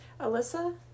Alyssa